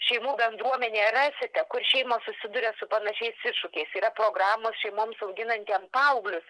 šeimų bendruomenė rasite kur šeimos susiduria su panašiais iššūkiais yra programos šeimoms auginantiem paauglius